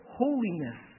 holiness